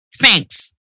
thanks